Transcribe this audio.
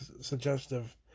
suggestive